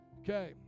Okay